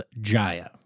Jaya